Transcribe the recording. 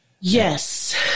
Yes